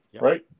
right